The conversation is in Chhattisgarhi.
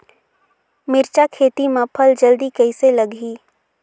मिरचा खेती मां फल जल्दी कइसे लगही?